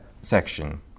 section